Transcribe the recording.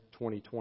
2020